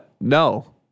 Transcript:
No